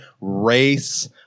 race